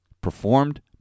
performed